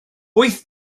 wyth